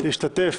להשתתף